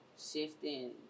shifting